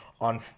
on